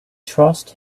trust